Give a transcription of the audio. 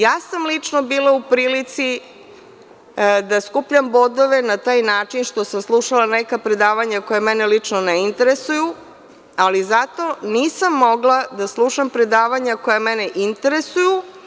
Ja sam lično bila u prilici da skupljam bodove na taj način što sam slušala neka predavanja koja mene lično ne interesuju, ali zato nisam mogla da slušam predavanja koja mene interesuju.